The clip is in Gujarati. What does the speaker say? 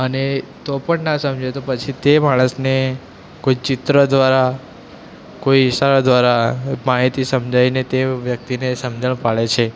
અને તો પણ ના સમજે તો પછી તે માણસને કોઈ ચિત્ર દ્વારા કોઈ ઇશારા દ્વારા માહિતી સમજાવીને તે વ્યક્તિને સમજણ પાડે છે